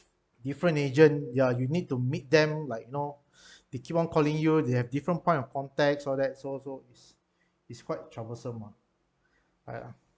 different agent ya you need to meet them like you know they keep on calling you they have different point of context all that so so it's it's quite troublesome ah !aiya!